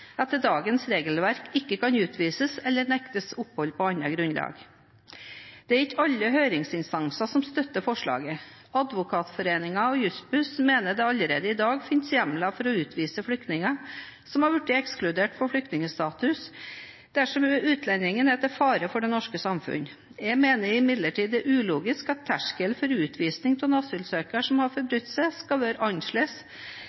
etter dagens regelverk ikke kan utvises eller nektes opphold på annet grunnlag. Det er ikke alle høringsinstanser som støtter forslaget. Advokatforeningen og Jussbuss mener det allerede i dag finnes hjemler for å utvise flyktninger som har blitt ekskludert fra flyktningstatus, dersom utlendingen er til fare for det norske samfunnet. Jeg mener imidlertid det er ulogisk at terskelen for utvisning av en asylsøker som har